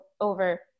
over